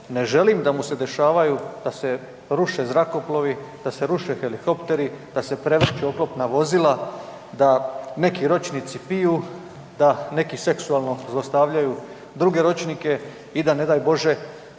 Ne želim da mu se dešavaju da se ruše zrakoplovi, da se ruše helikopteri, da se prevrću oklopna vozila, da neki ročnici piju, da neki seksualno zlostavljaju druge ročnike i da ne daj Bože